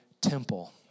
temple